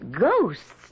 Ghosts